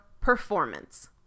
performance